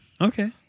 Okay